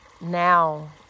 now